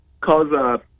cause –